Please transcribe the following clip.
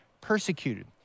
Persecuted